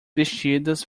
vestidas